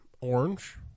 Orange